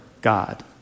God